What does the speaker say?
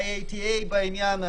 ה- IATAבעניין,